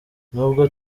nubwo